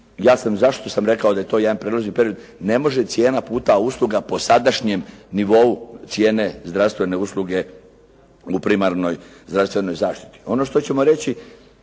zašto sam rekao da je to jedan prijelazni period, ne može cijena puta usluga po sadašnjem nivou cijene zdravstvene usluge u primarnoj zdravstvenoj zaštiti. Ono što ćemo reći